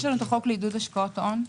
יש החוק לעידוד השקעות הון.